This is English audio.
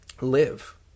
live